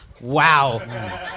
Wow